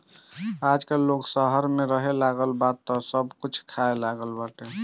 आजकल लोग शहर में रहेलागल बा तअ सब कुछ खाए लागल बाटे